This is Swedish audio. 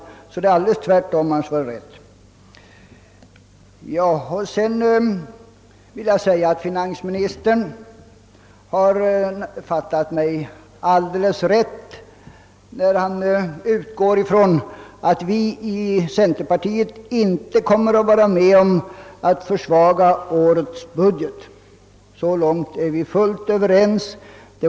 Det förhåller sig alltså alldeles tvärtom mot vad finansministern sade. Finansministern har fattat mig alldeles rätt när han utgår ifrån att centerpartiet inte kommer att vara med om att försvaga årets budget. Så långt är vi fullt överens.